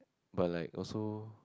but like also